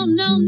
no